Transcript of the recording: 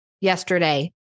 yesterday